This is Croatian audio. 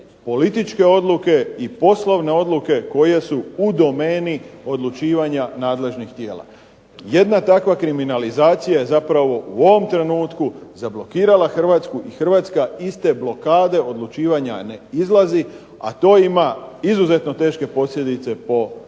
političke odluke i poslovne odluke koje su u domeni odlučivanja nadležnih tijela. Jedna takva kriminalizacija je zapravo u ovom trenutku zablokirala Hrvatsku i Hrvatska iz te blokade odlučivanja ne izlazi, a to ima izuzetno teške posljedice po